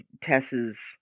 Tess's